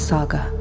Saga